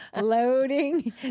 loading